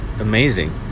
amazing